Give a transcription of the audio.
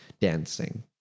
dancing